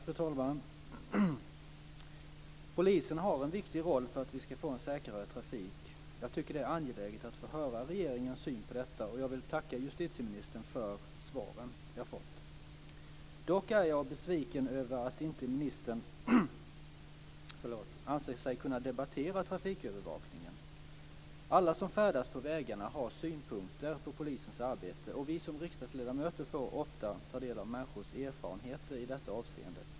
Fru talman! Polisen har en viktig roll för att vi ska få en säkrare trafik. Jag tycker att det är angeläget att få höra regeringens syn på detta, och jag vill tacka justitieministern för svaren jag har fått. Dock är jag besviken över att ministern inte anser sig kunna debattera trafikövervakningen. Alla som färdas på vägarna har synpunkter på polisens arbete, och vi som riksdagsledamöter får ofta ta del av människors erfarenheter i det avseendet.